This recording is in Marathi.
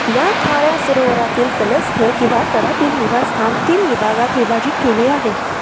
या खाऱ्या सरोवरातील तलस्थ किंवा तळातील निवासस्थान तीन विभागात विभाजित केले आहे